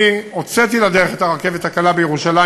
אני הוצאתי לדרך את הרכבת הקלה בירושלים,